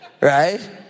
right